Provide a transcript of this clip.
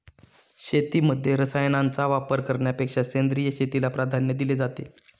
शेतीमध्ये रसायनांचा वापर करण्यापेक्षा सेंद्रिय शेतीला प्राधान्य दिले जाते